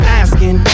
asking